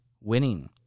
winning